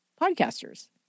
podcasters